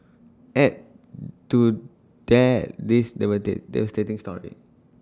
add to that this the weather devastating story